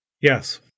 Yes